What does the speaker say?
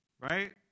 Right